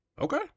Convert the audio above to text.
Okay